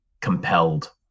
compelled